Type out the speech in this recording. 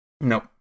Nope